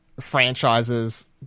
franchises